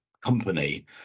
company